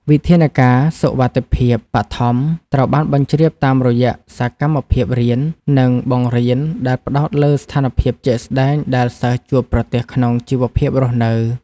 វិធានការសុវត្ថិភាពបឋមត្រូវបានបញ្ជ្រាបតាមរយៈសកម្មភាពរៀន និងបង្រៀនដែលផ្ដោតលើស្ថានភាពជាក់ស្ដែងដែលសិស្សជួបប្រទះក្នុងជីវភាពរស់នៅ។